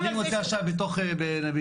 אני מוצא עכשיו בתוך זיכרון,